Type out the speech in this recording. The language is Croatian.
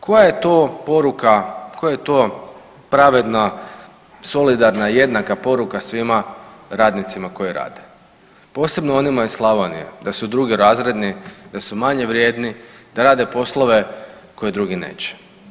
Koja je to poruka, koja je to pravedna, solidarna, jednaka poruka svima radnicima koji rade, posebno onima iz Slavonije da su drugorazredni, da su manje vrijedni, da rade poslove koje drugi neće.